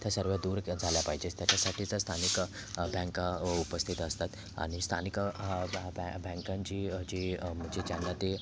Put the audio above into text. त्या सर्व दूर झाल्या पाहिजे त्याच्यासाठीच स्थानिक बँका उपस्थित असतात आणि स्थानिक बँ बँ बँकांची जी म्हणजे ज्यांना ते